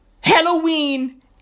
Halloween